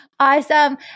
Awesome